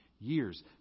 years